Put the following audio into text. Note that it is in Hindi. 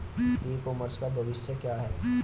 ई कॉमर्स का भविष्य क्या है?